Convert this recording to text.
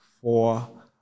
four